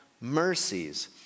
mercies